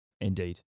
indeed